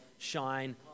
shine